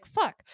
fuck